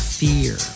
fear